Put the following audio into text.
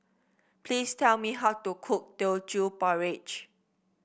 please tell me how to cook Teochew Porridge